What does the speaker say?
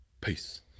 peace